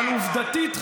אבל עובדתית,